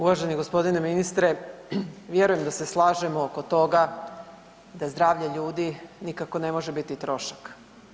Uvaženi g. ministre, vjerujem da se slažemo oko toga da zdravlje ljudi nikako ne može biti trošak.